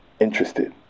interested